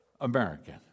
American